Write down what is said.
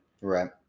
Right